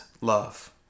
love